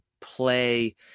play